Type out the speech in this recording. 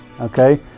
Okay